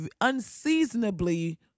unseasonably